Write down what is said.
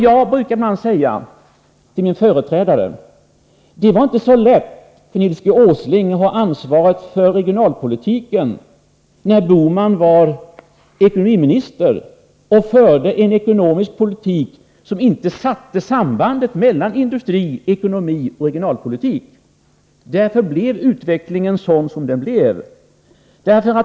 Jag brukar säga till min företrädare att det inte var så lätt för Nils G. Åsling att ta ansvaret för regionalpolitiken när Bohman var ekonomiminister och förde en ekonomisk politik som inte sattes i samband med industrioch regionalpolitiken. Därför blev utvecklingen så som den blev.